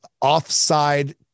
offside